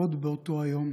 עוד באותו היום